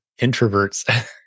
introverts